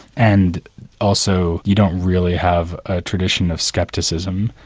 and also, you don't really have a tradition of scepticism,